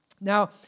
Now